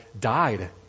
died